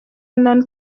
none